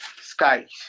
skies